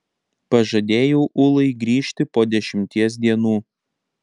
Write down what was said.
pažadėjau ulai grįžti po dešimties dienų